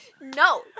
No